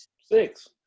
Six